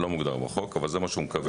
לא מוגדר בחוק, אבל זה מה שהוא מקבל.